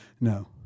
no